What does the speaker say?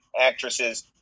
actresses